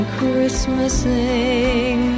Christmasing